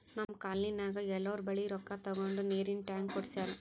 ನಮ್ ಕಾಲ್ನಿನಾಗ್ ಎಲ್ಲೋರ್ ಬಲ್ಲಿ ರೊಕ್ಕಾ ತಗೊಂಡ್ ನೀರಿಂದ್ ಟ್ಯಾಂಕ್ ಕುಡ್ಸ್ಯಾರ್